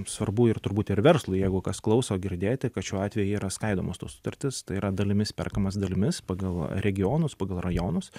svarbu ir turbūt ir verslui jeigu kas klauso girdėti kad šiuo atveju yra skaidomos tos sutartys tai yra dalimis perkamos dalimis pagal regionus pagal rajonus